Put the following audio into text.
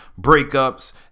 breakups